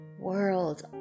world